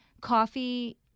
Coffee